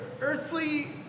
earthly